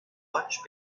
much